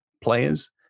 players